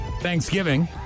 thanksgiving